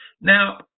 Now